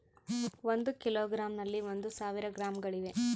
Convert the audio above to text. ಒಂದು ಕಿಲೋಗ್ರಾಂ ನಲ್ಲಿ ಒಂದು ಸಾವಿರ ಗ್ರಾಂಗಳಿವೆ